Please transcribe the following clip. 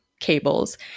cables